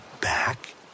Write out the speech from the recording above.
back